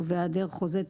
ובהעדר חוזה,